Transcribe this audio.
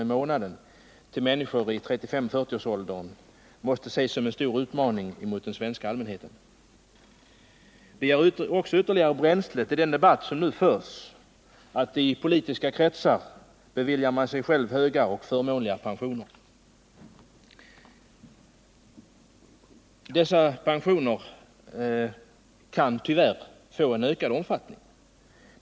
i månaden till människor i 3540-årsåldern måste ses som en stor utmaning mot den svenska allmänheten. Det ger också ytterligare bränsle till den debatt som nu förs om att man i politiska kretsar beviljar sig själv höga och förmånliga pensioner. Dessa pensioner kan tyvärr komma att öka i omfattning.